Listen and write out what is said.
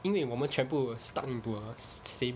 因为我们全部 will stuck into a same